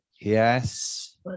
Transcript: Yes